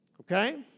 Okay